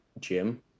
gym